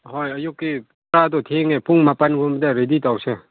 ꯍꯣꯏ ꯑꯌꯨꯛꯀꯤ ꯆꯥꯕꯗꯣ ꯊꯦꯡꯅꯤ ꯄꯨꯡ ꯃꯥꯄꯜꯒꯨꯝꯕꯗ ꯔꯦꯗꯤ ꯇꯧꯁꯦ